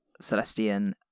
Celestian